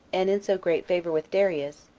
and in so great favor with darius,